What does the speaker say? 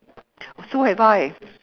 so have I